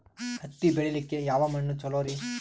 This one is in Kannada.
ಹತ್ತಿ ಬೆಳಿಲಿಕ್ಕೆ ಯಾವ ಮಣ್ಣು ಚಲೋರಿ?